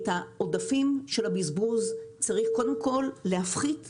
את העודפים של הבזבוז צריך קודם כול להפחית בייצור.